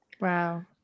wow